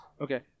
Okay